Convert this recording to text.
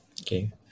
Okay